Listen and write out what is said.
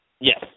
Yes